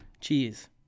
Cheese